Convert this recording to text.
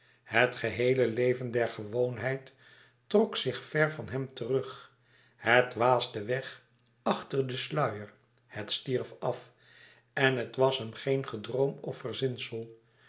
het geheele leven der gewoonheid trok zich ver van hem terug het waasde weg achter den sluier het stierf af en het was hem geen gedroom of